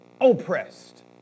oppressed